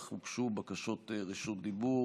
אך הוגשו בקשות רשות דיבור.